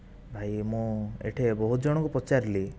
ଭାଇ ମୁଁ ଏଇଠି ବହୁତ ଜଣଙ୍କୁ ପଚାରିଲି